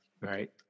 Right